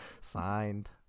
signed